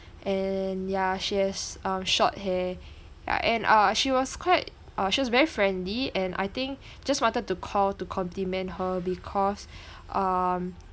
and ya she has mm short hair and uh she was quite uh she was very friendly and I think just wanted to call to compliment her because um